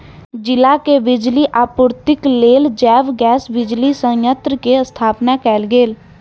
जिला के बिजली आपूर्तिक लेल जैव गैस बिजली संयंत्र के स्थापना कयल गेल